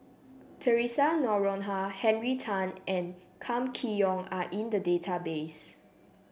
Theresa Noronha Henry Tan and Kam Kee Yong are in the database